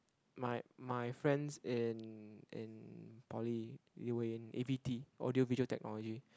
my my friends in in Poly they were in A_V_T audio visual technology